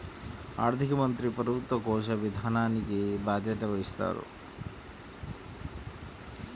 ఆర్థిక మంత్రి ప్రభుత్వ కోశ విధానానికి బాధ్యత వహిస్తారు